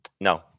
no